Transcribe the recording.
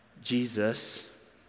Jesus